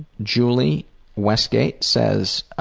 julie westgate says